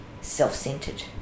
self-centered